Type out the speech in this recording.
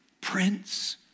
Prince